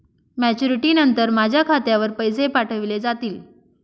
Maturity नंतर माझ्या खात्यावर पैसे पाठविले जातील?